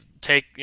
take